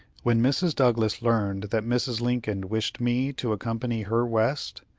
when mrs. douglas learned that mrs. lincoln wished me to accompany her west,